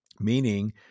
meaning